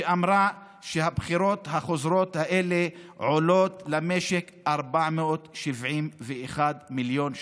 שאמרה שהבחירות החוזרות האלה עולות למשק 471 מיליון שקל,